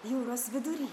jūros vidury